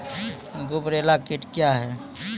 गुबरैला कीट क्या हैं?